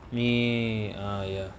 me ah ya